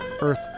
Earth